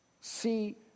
see